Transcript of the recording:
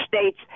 States